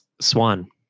Swan